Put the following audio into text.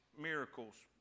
miracles